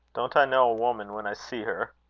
don't i know a woman when i see her!